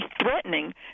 threatening